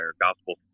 gospel